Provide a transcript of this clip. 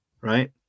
right